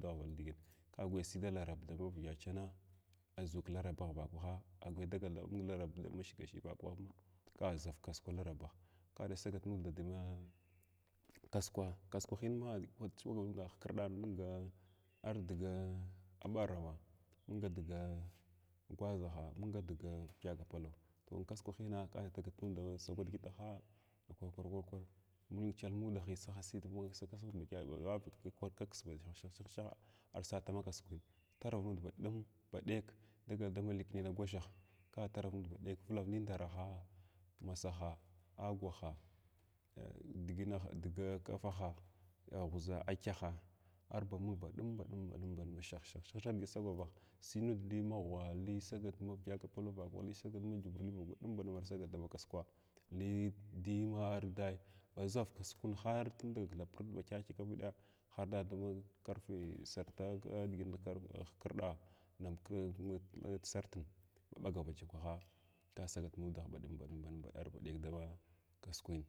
Daghwvala digin ka gwwya sy dama larab thaɓ mavayəda chinan aʒu klarabagh vauwaha agwuya dagal dama mung larab thab ma shigashiya vakwanhmg ka ʒar kasukwa laraba kada sagat nud thaɓa dama kasukwa kasukwahinma andju ba hkrɗan munga ardga ɓarawa mung nidiga gwaʒaha mung udiʒa vyəda agapalav toh baɗum kasukwahina kada dagat nud dasagwa digitahs kwar kwar kwar mung kyəlmudah schasiy dama kasukun badyəd bavakvaka kwar kiksa ba shahshahh shaha arsata ma kasukun tarera nud baɗum baɗek dagal dama likyənana gwashah ka tarar nud ba ɗek ka vulav ninglaraha, masaha agwaha ah digina dig kafaha yaghuʒa akyəhas arba mung baɗum baɗum baɗum ba shahshahshah digi sagawa siy nud li maghw li sagal navyədagapakaraha li sagal metubirli baɗum baɗum arsagat dama kasukwa li diyma ardaya baʒar kasukun har tun da ba ba kyakyak vuɗa harda dama karfe sarta digin ba karfe hkrɗa nam kin masartin maɓaga batakwaha ka sagat nudah baɗum baɗum baɗum arba ɗek dama kasukwin